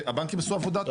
הבנקים עשו עבודה טובה.